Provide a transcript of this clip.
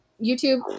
YouTube